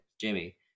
Jimmy